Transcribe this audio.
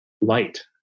light